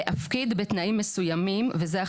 להפקיד בתנאים מסוימים מקטע אחד של תכנית,